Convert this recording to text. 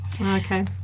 Okay